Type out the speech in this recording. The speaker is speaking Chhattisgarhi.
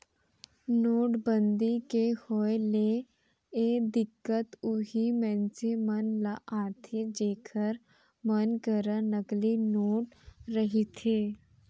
नोटबंदी के होय ले ए दिक्कत उहीं मनसे मन ल आथे जेखर मन करा नकली नोट रहिथे